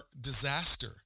disaster